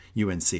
UNC